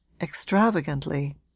extravagantly